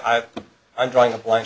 e i'm drawing a blank